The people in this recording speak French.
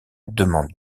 demande